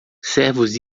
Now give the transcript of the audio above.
servos